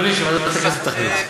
לוועדת העבודה והרווחה.